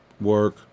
work